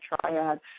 triad